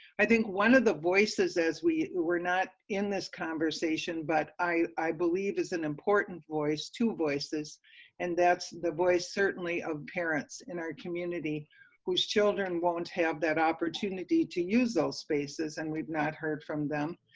i think one of the voices as we were not in this conversation, but i i believe is an important voice, two voices and that's the voice certainly of parents in our community whose children won't have that opportunity to use those spaces and we've not heard from them.